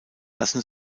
lassen